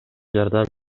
жардам